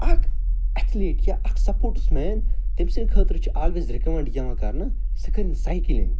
اکھ ایٚتھلیٖت یا اکھ سَپورٹٕس مین تٔمۍ سٕنٛدۍ خٲطرٕ چھُ آلویز رِکوٚمیٚنٛڈ یِوان کَرنہٕ سُہ کٔرِن سایکٕلِنٛگ